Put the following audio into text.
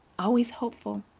always hopeful,